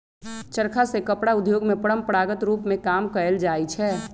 चरखा से कपड़ा उद्योग में परंपरागत रूप में काम कएल जाइ छै